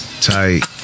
Tight